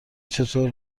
چطور